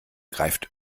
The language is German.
greift